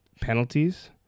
penalties